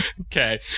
Okay